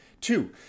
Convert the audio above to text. Two